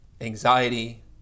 anxiety